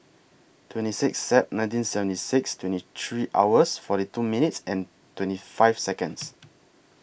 twenty Sixth Sep nineteen seventy six twenty three hours forty two minutes and twenty five Seconds